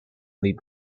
lead